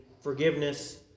forgiveness